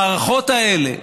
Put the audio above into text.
במערכות האלה,